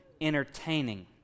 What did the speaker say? entertaining